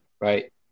right